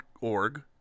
org